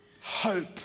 Hope